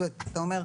זאת אומרת